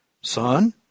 Son